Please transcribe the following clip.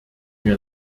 mir